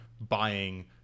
buying